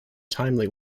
timely